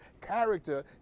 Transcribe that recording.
Character